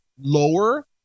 lower